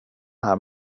här